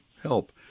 help